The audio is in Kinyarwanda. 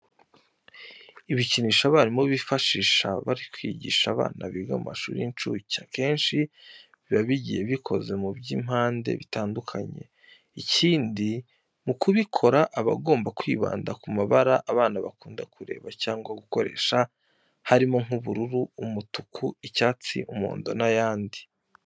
Ibikinisho abarimu bifashisha bari kwigisha abana biga mu mashuri y'incuke akenshi biba bigiye bikoze mu b'inyampande bitandukanye. Ikindi mu kubikora aba agomba kwibanda ku mabara abana bakunda kureba cyangwa gukoresha harimo nk'ubururu, umutuku, icyatsi, umuhondo n'ayandi.